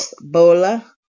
Bola